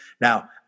Now